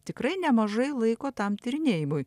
tikrai nemažai laiko tam tyrinėjimui